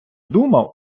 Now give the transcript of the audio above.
думав